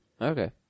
Okay